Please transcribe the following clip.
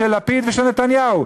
של לפיד ושל נתניהו,